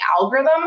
algorithm